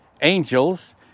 angels